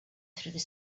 through